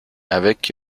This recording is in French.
avec